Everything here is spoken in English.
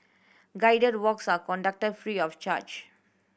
guided walks are conducted free of charge